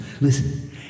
Listen